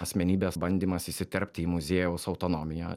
asmenybės bandymas įsiterpti į muziejaus autonomiją